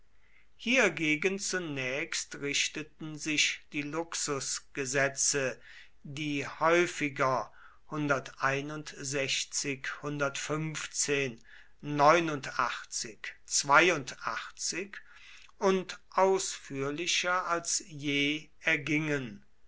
hiergegen zunächst richteten sich die luxusgesetze die häufiger und ausführlicher als je ergingen